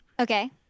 Okay